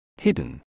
Hidden